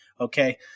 Okay